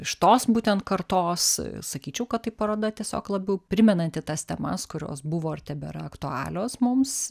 iš tos būtent kartos sakyčiau kad tai paroda tiesiog labiau primenanti tas temas kurios buvo ar tebėra aktualios mums